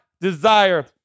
desire